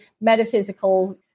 metaphysical